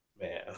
Man